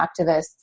activists